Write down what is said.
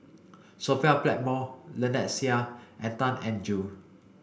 Sophia Blackmore Lynnette Seah and Tan Eng Joo